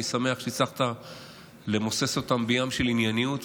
אני שמח שהצלחת למוסס אותן בים של ענייניות.